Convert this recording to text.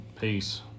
peace